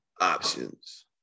options